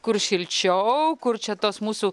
kur šilčiau kur čia tos mūsų